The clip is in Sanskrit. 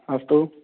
अस्तु